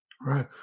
Right